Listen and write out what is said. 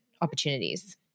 opportunities